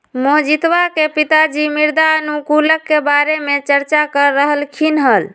मोहजीतवा के पिताजी मृदा अनुकूलक के बारे में चर्चा कर रहल खिन हल